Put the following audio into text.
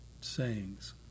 sayings